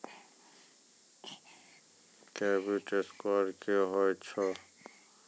Credit score की होय छै?